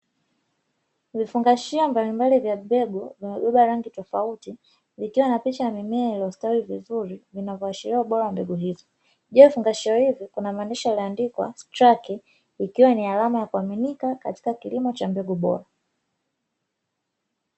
Vifungashio vya mbegu vimebeba rangi tofauti vikiwa na picha ya mimea iliyostawi vizuri inaashiria ubora wa mbegu hizo, juu ya vifungashio kuna maandishi yaliyoansikwa strirake yakiwa na maana ya kuaminika katika kilimo cha mbegu bora.